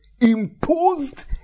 imposed